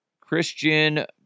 Christian